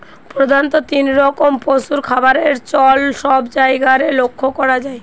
প্রধাণত তিন রকম পশুর খাবারের চল সব জায়গারে লক্ষ করা যায়